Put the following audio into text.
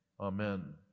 amen